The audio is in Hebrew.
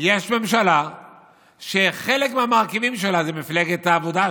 יש ממשלה שחלק מהמרכיבים שלה הם מפלגת העבודה,